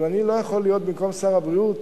אבל אני לא יכול להיות במקום שר הבריאות,